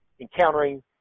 encountering